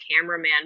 cameraman